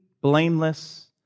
blameless